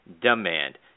demand